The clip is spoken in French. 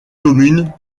communes